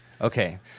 Okay